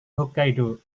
hokkaido